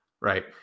right